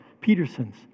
Peterson's